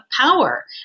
power